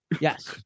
Yes